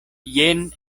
jen